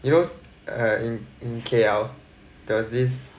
you know uh in in K_L does this